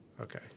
Okay